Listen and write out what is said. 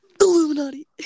Illuminati